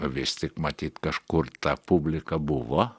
vis tik matyt kažkur ta publika buvo